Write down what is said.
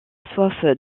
soif